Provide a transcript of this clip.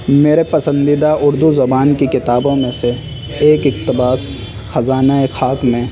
میرے پسندیدہ اردو زبان کی کتابوں میں سے ایک اقتباس خزانۂ خاک میں